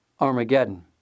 armageddon